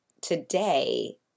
Today